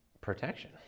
protection